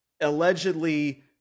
allegedly